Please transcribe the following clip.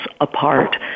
apart